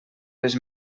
les